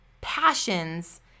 passions